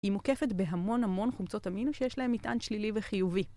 היא מוקפת בהמון המון חומצות אמינו שיש להם מיטען שלילי וחיובי